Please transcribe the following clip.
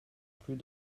plus